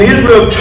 Israel